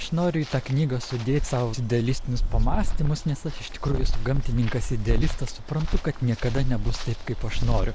aš noriu į tą knygą sudėt savo idealistinius pamąstymus nes aš iš tikrųjų esu gamtininkas idealistas suprantu kad niekada nebus taip kaip aš noriu